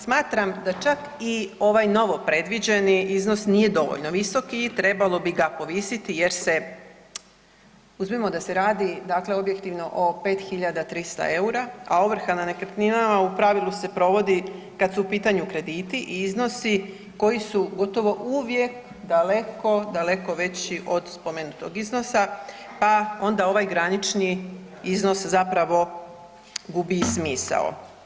Smatram da čak i ovaj novo predviđeni iznos nije dovoljno visok i trebalo bi ga povisiti jer se uzmimo da se radi dakle objektivno o 5 300 eura a ovrha na nekretninama u pravilu se provodi kad su u pitanju krediti i iznosi koji su gotovo uvijek daleko, daleko veći od spomenutog iznosa pa onda ovaj granični iznos zapravo gubi i smisao.